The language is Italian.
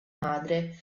madre